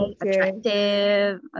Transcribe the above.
attractive